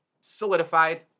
solidified